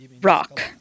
Rock